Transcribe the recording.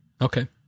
Okay